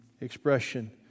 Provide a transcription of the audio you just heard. expression